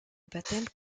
baptême